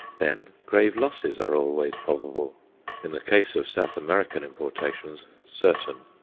then, grave losses are always probable in the case of south american importations, certain.